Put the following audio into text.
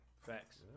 Facts